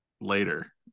later